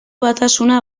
batasuna